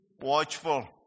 watchful